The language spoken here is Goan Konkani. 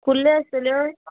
कुल्ल्यो आसतल्यो